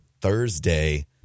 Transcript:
Thursday